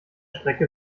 strecke